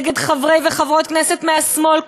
נגד חברי וחברות כנסת מהשמאל,